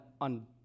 on